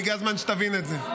הגיע הזמן שתבין את זה.